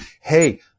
hey